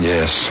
Yes